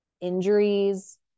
injuries